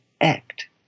act